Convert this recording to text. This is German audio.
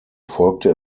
folgte